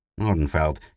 Nordenfeld